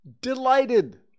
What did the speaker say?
delighted